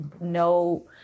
no